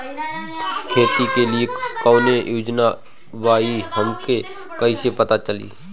खेती के लिए कौने योजना बा ई हमके कईसे पता चली?